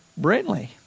Brentley